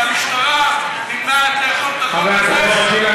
והמשטרה נמנעת לאכוף את החוק הזה כאשר,